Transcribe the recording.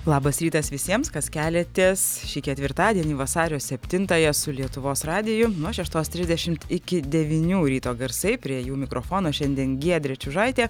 labas rytas visiems kas keliatės šį ketvirtadienį vasario septintąją su lietuvos radiju nuo šeštos trisdešimt iki devynių ryto garsai prie jų mikrofono šiandien giedrė čiužaitė